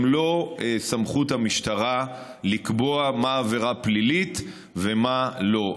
זה לא בסמכות המשטרה לקבוע מה עבירה פלילית ומה לא.